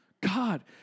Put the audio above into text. God